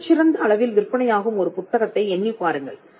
மிகச்சிறந்த அளவில் விற்பனையாகும் ஒரு புத்தகத்தை எண்ணிப்பாருங்கள்